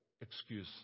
excuse